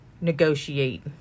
negotiate